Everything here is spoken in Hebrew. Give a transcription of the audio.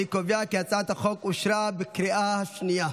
אני קובע כי הצעת החוק אושרה בקריאה השנייה.